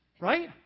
right